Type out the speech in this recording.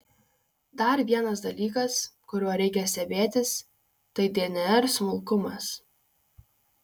dar vienas dalykas kuriuo reikia stebėtis tai dnr smulkumas